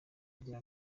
igira